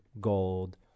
gold